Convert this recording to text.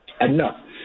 Enough